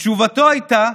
תשובתו הייתה: